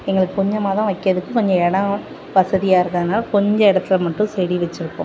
எங்களுக்கு கொஞ்சமாக தான் வைக்கிறதுக்கு கொஞ்சம் இடம் வசதியாக இருக்கிறதுனால கொஞ்சம் இடத்துல மட்டும் செடி வச்சுருக்கோம்